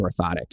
orthotic